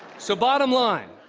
so bottom line,